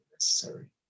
necessary